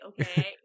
Okay